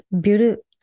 beautiful